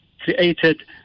created